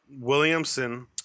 Williamson